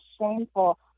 shameful